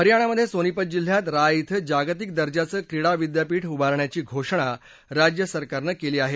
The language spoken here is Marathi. हरयाणामध्ये सोनिपत जिल्ह्यात राय इथं जागतिक दर्जाचं क्रीडा विद्यापीठ उभारण्याची घोषणा राज्य सरकारनं केली आहे